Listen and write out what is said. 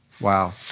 Wow